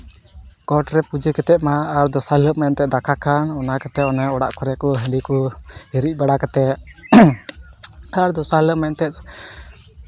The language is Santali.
ᱜᱚᱸᱴ ᱨᱮ ᱯᱩᱡᱟᱹ ᱠᱟᱛᱮᱫ ᱢᱟ ᱟᱨ ᱫᱚᱥᱟᱨ ᱦᱤᱞᱳᱜ ᱢᱮᱱᱛᱮ ᱫᱟᱠᱟ ᱠᱟᱱ ᱚᱱᱟ ᱠᱟᱛᱮᱫ ᱠᱚ ᱚᱱᱮ ᱚᱲᱟᱜ ᱠᱚᱨᱮ ᱠᱚ ᱦᱟᱺᱰᱤ ᱠᱚ ᱦᱤᱨᱤᱡ ᱵᱟᱲᱟ ᱠᱟᱛᱮᱫ ᱟᱨ ᱫᱚᱥᱟᱨ ᱦᱤᱞᱚᱜ ᱢᱮᱱᱛᱮ